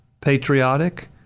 patriotic